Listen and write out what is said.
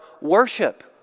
Worship